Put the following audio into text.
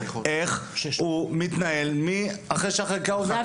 ולהבין: איך הוא יתנהל לאחר שהחקיקה עוברת?